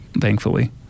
thankfully